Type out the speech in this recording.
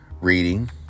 reading